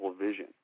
vision